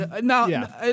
Now